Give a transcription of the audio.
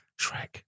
Shrek